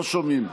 לא שומעים.